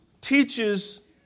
teaches